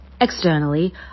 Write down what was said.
Externally